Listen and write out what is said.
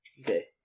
Okay